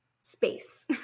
space